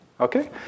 okay